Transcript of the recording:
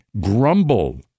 grumble